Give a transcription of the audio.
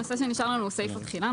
הנושא שנשאר לנו הוא סעיף התחילה,